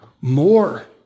more